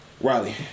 Riley